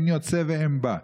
אין יוצא ואין בא.